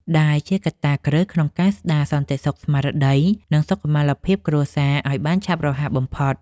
ដែលជាកត្តាគ្រឹះក្នុងការស្ដារសន្តិសុខស្មារតី និងសុខុមាលភាពគ្រួសារឱ្យបានឆាប់រហ័សបំផុត។